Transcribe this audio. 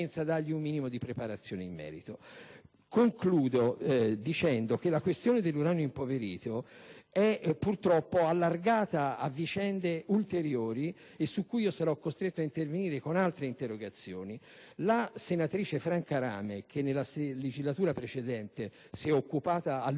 senza dar loro un minimo di preparazione in merito. Concludo dicendo che la questione dell'uranio impoverito è purtroppo allargata a ulteriori vicende, su cui sarò costretto a intervenire con altre interrogazioni. La senatrice Franca Rame, che nella legislatura precedente si è occupata a lungo